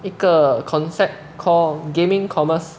一个 concept called gaming commerce